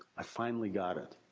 i finally got it.